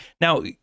Now